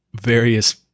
various